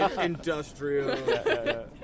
Industrial